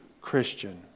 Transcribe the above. Christian